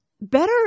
Better